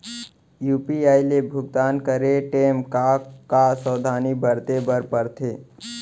UPI ले भुगतान करे टेम का का सावधानी बरते बर परथे